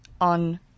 on